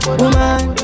woman